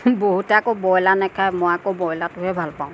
বহুতে আকৌ ব্ৰইলাৰ নেখায় মই আকৌ ব্ৰইলাৰটোহে ভাল পাওঁ